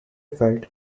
felt